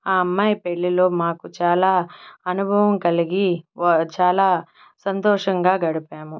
ఆ అమ్మాయి పెళ్ళిలో మాకు చాలా అనుభవం కలిగి వా చాలా సంతోషంగా గడిపాము